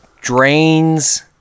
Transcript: Drains